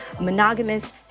monogamous